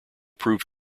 proved